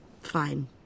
Fine